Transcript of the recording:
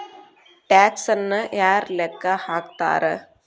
ಟ್ಯಾಕ್ಸನ್ನ ಯಾರ್ ಲೆಕ್ಕಾ ಹಾಕ್ತಾರ?